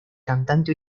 cantante